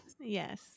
Yes